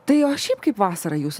tai o šiaip kaip vasara jūsų